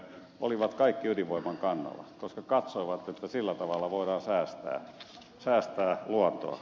olivat kaikki ydinvoiman kannalla koska katsoivat että sillä tavalla voidaan säästää luontoa